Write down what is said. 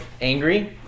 angry